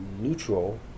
neutral